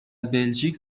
بلژیک